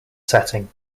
setting